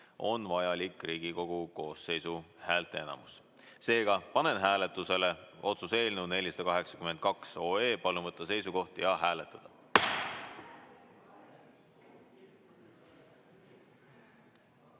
on vajalik Riigikogu koosseisu häälteenamus. Seega, panen hääletusele otsuse eelnõu 482. Palun võtta seisukoht ja hääletada!